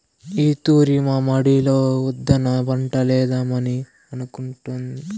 ఈ తూరి మా మడిలో ఉద్దాన పంటలేద్దామని అనుకొంటిమి